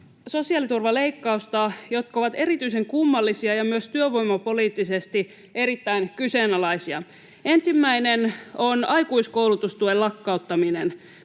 sosiaaliturvaleikkausta, jotka ovat erityisen kummallisia ja myös työvoimapoliittisesti erittäin kyseenalaisia. Ensimmäinen on aikuiskoulutustuen lakkauttaminen.